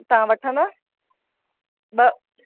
तव्हां वठंदा ॿ